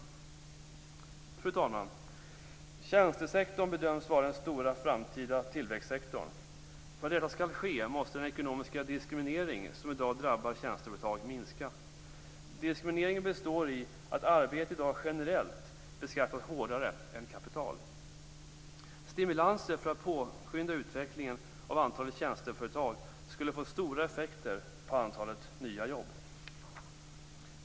Fru talman! Tjänstesektorn bedöms vara den stora framtida tillväxtsektorn. För att detta skall ske måste den ekonomiska diskriminering som i dag drabbar tjänsteföretag minska. Diskrimineringen består i att arbete i dag generellt beskattas hårdare än kapital. Stimulanser för att påskynda utvecklingen av antalet tjänsteföretag skulle få stora effekter på antalet nya jobb.